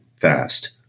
fast